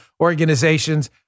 organizations